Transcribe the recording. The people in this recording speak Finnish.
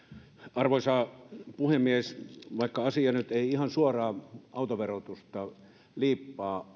arvoisa puhemies vaikka asia nyt ei ihan suoraan autoverotusta liippaa